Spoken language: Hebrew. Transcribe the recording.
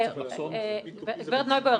גב' נויבר,